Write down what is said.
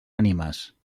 ànimes